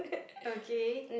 okay